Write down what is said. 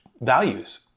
values